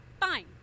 Fine